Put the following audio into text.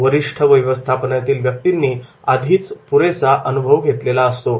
वरिष्ठ व्यवस्थापनातील व्यक्तींनी आधीच पुरेसा अनुभव घेतलेला असतो